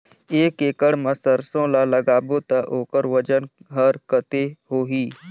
एक एकड़ मा सरसो ला लगाबो ता ओकर वजन हर कते होही?